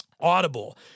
Audible